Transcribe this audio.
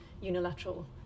unilateral